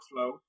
workflow